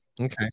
okay